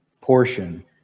portion